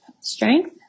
strength